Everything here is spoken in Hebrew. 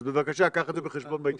אז, בבקשה, קח את זה בחשבון בהתייחסות.